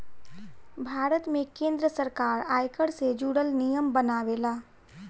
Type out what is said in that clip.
भारत में केंद्र सरकार आयकर से जुरल नियम बनावेला